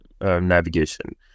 navigation